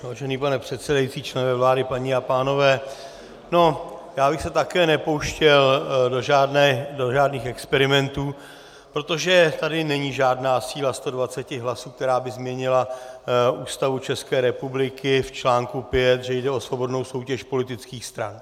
Vážený pane předsedající, členové vlády, paní a pánové, já bych se taky nepouštěl do žádných experimentů, protože tady není žádná síla 120 hlasů, která by změnila Ústavu České republiky v čl. 5, že jde o svobodnou soutěž politických stran.